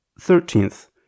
Thirteenth